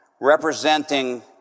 representing